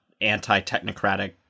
anti-technocratic